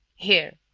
here.